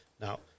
Now